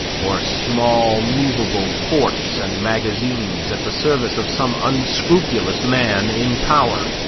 or small movable forts and magazines, at the service of some unscrupulous man in power?